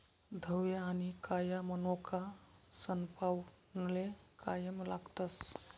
धवया आनी काया मनोका सनपावनले कायम लागतस